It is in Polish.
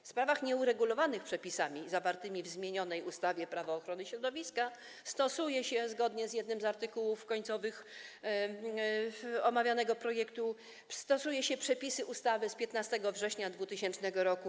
W sprawach nieuregulowanych przepisami zawartymi w zmienianej ustawie Prawo ochrony środowiska stosuje się - zgodnie z jednym z artykułów końcowych omawianego projektu - przepisy ustawy z 15 września 2000 r.